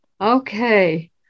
Okay